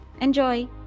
Enjoy